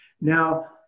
Now